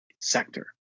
sector